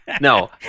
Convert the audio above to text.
No